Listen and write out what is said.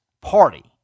party